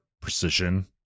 precision